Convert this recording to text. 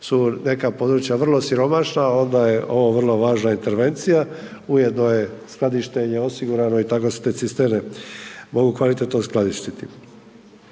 su neka područja vrlo siromašna onda je ovo vrlo važna intervencija, ujedno je skladištenje osigurano i tako se te cisterne mogu kvalitetno uskladištiti.